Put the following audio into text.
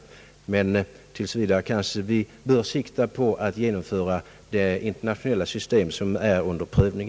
Men tills vidare bör vi kanske sikta på att genomföra det internationella system som är under prövning.